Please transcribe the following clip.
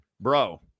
bro